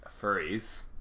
furries